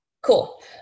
Cool